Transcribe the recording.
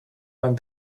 and